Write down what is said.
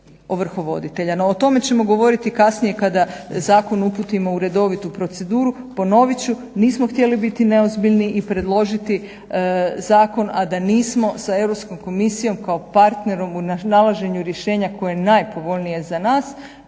o tome ćemo govoriti kasnije kada zakon uputimo u redovitu proceduru. Ponovit ću, nismo htjeli biti neozbiljni i predložiti zakon, a da nismo sa Europskom komisijom kao partnerom u nalaženju rješenja koje je najpovoljnije za nas,